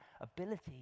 ability